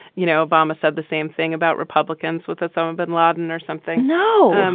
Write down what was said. you know, obama said the same thing about republicans with us own bin laden or something? no,